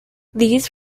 these